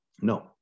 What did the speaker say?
No